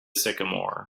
sycamore